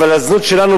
אבל הזנות שלנו,